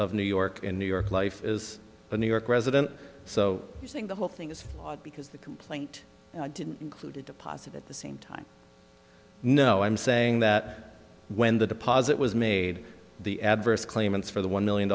new york in new york life is a new york resident so you're saying the whole thing is flawed because the complaint didn't include a deposit at the same time no i'm saying that when the deposit was made the adverse claimants for the one million